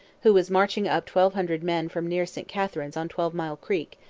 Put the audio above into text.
who was marching up twelve hundred men from near st catharine's on twelve mile creek,